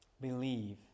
believe